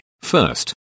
First